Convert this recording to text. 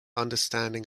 understanding